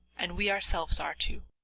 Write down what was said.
and we ourselves are, too.